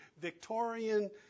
Victorian